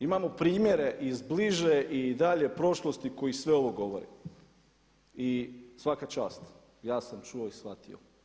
Imamo primjere iz bliže i dalje prošlosti koji sve ovo govore i svaka čast, ja sam čuo i shvatio.